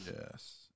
Yes